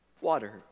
Water